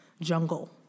jungle